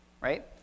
right